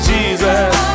Jesus